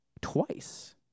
twice